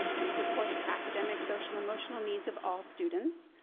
we support the academic, social, emotional needs of all students,